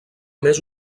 més